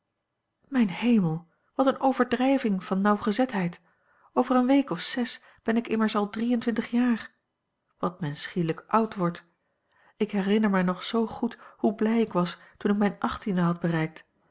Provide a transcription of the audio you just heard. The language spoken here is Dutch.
mijn hemel wat een overdrijving van nauwgezetheid over een week of zes ben ik immers al drie-en-twintig jaar wat men schielijk oud wordt ik herinner mij nog zoo goed hoe blij ik was toen ik mijn achttiende had bereikt